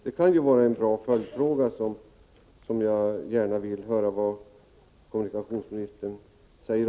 Detta kan vara en bra följdfråga, och jag vill höra kommunikationsministerns svar.